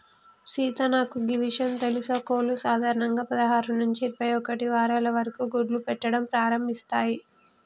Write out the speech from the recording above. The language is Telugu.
సీత నాకు గీ ఇషయం తెలుసా కోళ్లు సాధారణంగా పదహారు నుంచి ఇరవై ఒక్కటి వారాల వరకు గుడ్లు పెట్టడం ప్రారంభిస్తాయి